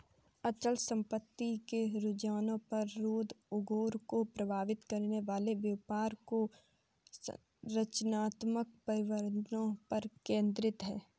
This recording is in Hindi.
अचल संपत्ति के रुझानों पर शोध उद्योग को प्रभावित करने वाले व्यापार और संरचनात्मक परिवर्तनों पर केंद्रित है